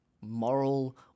moral